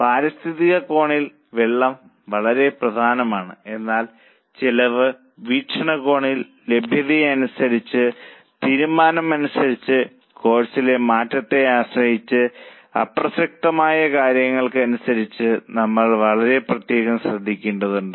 പാരിസ്ഥിതിക കോണിൽ വെള്ളം വളരെ പ്രധാനമാണ് എന്നാൽ ചെലവ് വീക്ഷണകോണിൽ ലഭ്യതയെ ആശ്രയിച്ച് തീരുമാനമനുസരിച്ച് കോഴ്സിലെ മാറ്റത്തെ ആശ്രയിച്ച് പ്രസക്തമായ കാര്യങ്ങളെക്കുറിച്ച് നമ്മൾ വളരെ പ്രത്യേകം ശ്രദ്ധിക്കേണ്ടതുണ്ട്